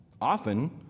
often